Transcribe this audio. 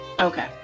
Okay